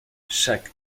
chaque